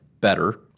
better